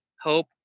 hope